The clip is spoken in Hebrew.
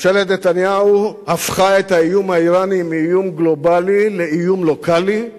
ממשלת נתניהו הפכה את האיום האירני מאיום גלובלי לאיום לוקאלי,